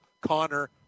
Connor